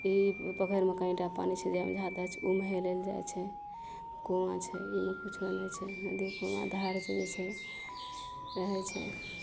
ई पोखरिमे कनिटा पानि छै जइमे जादा छै उमऽ हेलय लए जाइ छै कुआँ छै ईमे कुछो नहि छै नदी कुआँ धार छै जे छै रहय छै